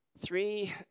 Three